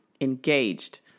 engaged